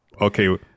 okay